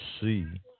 see